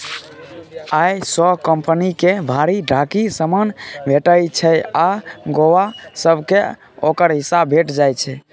अय सँ कंपनियो के भरि ढाकी समान भेटइ छै आ गौंआ सब केँ ओकर हिस्सा भेंट जाइ छै